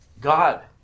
God